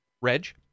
Reg